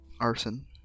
Arson